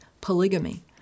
polygamy